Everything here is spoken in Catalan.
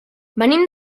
venim